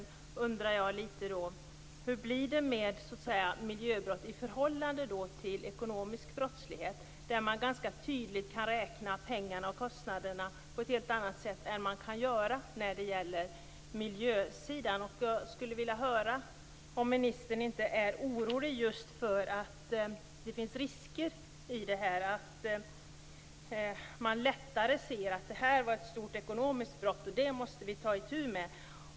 Hur blir det med miljöbrott i förhållande till ekonomisk brottslighet där man ganska tydligt kan räkna pengarna och kostnaderna på ett helt annat sätt än när det gäller miljösidan? Jag skulle vilja höra om ministern inte är orolig just för att det finns risker i det här, att man lättare ser att det var fråga om ett stort ekonomiskt brott som man måste ta itu med.